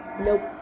Nope